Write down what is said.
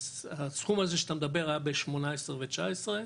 הזה שאתה מדבר היה ב-2018 ו-2019,